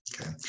Okay